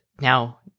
now